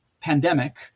pandemic